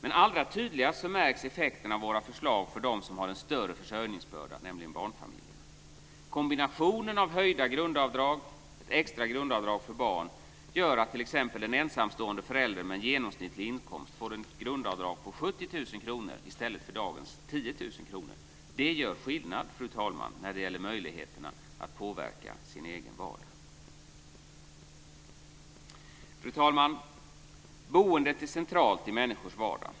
Men allra tydligast märks effekterna av våra förslag för dem som har en större försörjningsbörda, nämligen barnfamiljerna. Kombinationen av höjda grundavdrag och ett extra grundavdrag för barn gör att t.ex. en ensamstående förälder med en genomsnittlig inkomst får ett grundavdrag på 70 000 kr i stället för dagens 10 000 kr. Det gör skillnad, fru talman, när det gäller möjligheterna att påverka sin egen vardag. Fru talman! Boendet är centralt i människors vardag.